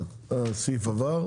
הסעיף עבר.